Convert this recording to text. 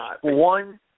one